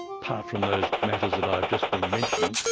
apart from those matters that i've just been mentioning,